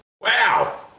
Wow